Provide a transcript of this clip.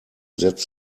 setzt